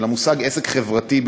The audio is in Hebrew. של המושג עסק חברתי,